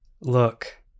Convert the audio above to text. Look